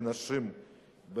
לנשים,